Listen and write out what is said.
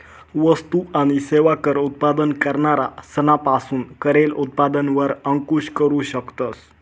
वस्तु आणि सेवा कर उत्पादन करणारा सना पासून करेल उत्पादन वर अंकूश करू शकतस